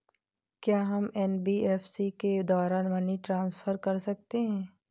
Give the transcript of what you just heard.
क्या हम एन.बी.एफ.सी के द्वारा मनी ट्रांसफर कर सकते हैं?